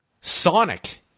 Sonic